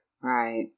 Right